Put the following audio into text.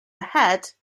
ahead